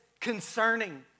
concerning